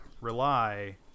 rely